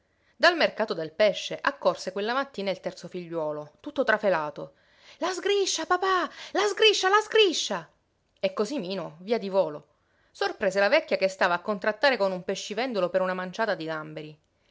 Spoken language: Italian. dal mercato del pesce accorse quella mattina il terzo figliuolo tutto trafelato la sgriscia papà la sgriscia la sgriscia e cosimino via di volo sorprese la vecchia che stava a contrattare con un pescivendolo per una manciata di gamberi